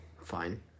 Fine